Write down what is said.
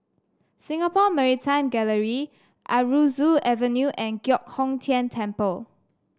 Singapore Maritime Gallery Aroozoo Avenue and Giok Hong Tian Temple